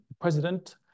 President